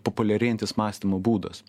populiarėjantis mąstymo būdas